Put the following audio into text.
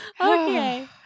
Okay